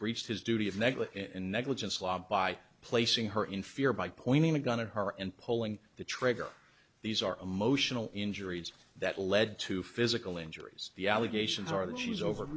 breached his duty of negley in negligence law by placing her in fear by pointing a gun at her and pulling the trigger these are emotional injuries that lead to physical injuries the allegations are that she was over